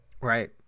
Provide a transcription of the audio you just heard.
right